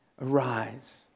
Arise